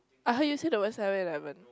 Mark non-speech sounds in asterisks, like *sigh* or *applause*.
I heard you say the word seven eleven *noise*